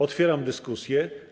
Otwieram dyskusję.